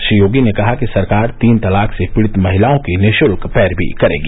श्री योगी ने कहा कि सरकार तीन तलाक से पीड़ित महिलाओं की निःशुल्क पैरवी करेगी